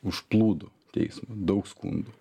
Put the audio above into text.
užplūdo teismą daug skundų